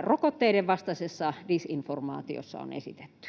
rokotteiden vastaisessa disinformaatiossa on esitetty.